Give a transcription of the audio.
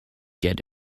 get